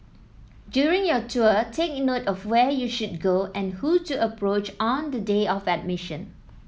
during your tour take in note of where you should go and who to approach on the day of admission